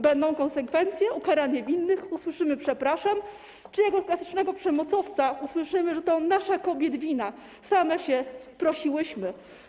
Będą konsekwencje, ukaranie winnych, usłyszymy: „przepraszam” czy jak od klasycznego przemocowca usłyszymy, że to nasza, kobiet wina, same się prosiłyśmy?